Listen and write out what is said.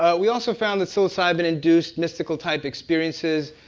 ah we also found that psilocybin induced mystical type experiences,